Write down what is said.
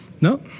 No